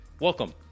Welcome